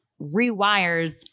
rewires –